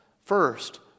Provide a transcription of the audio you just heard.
First